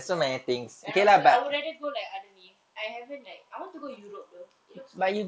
and also like I would rather go like other ni I haven't like I want to go europe though it looks fine